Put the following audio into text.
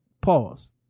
Pause